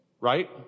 right